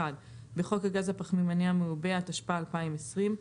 בחוק הגז הפחמימני המעובה, התשפ"א-2020,